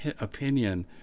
opinion